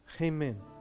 Amen